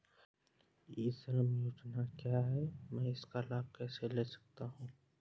ई श्रम योजना क्या है मैं इसका लाभ कैसे ले सकता हूँ?